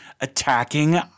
attacking